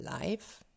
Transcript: life